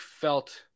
felt